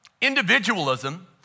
Individualism